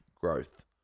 growth